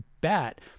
bat